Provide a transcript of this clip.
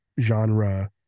genre